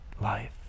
life